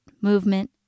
movement